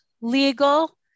legal